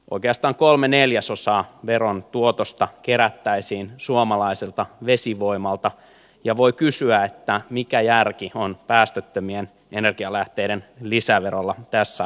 oikeastaan kolme neljäsosaa veron tuotosta kerättäisiin suomalaiselta vesivoimalta ja voi kysyä mikä järki on päästöttömien energialähteiden lisäverolla tässä ajassa